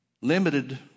limited